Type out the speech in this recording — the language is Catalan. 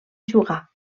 jugar